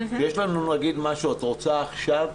כשיש משהו שאת רוצה עכשיו,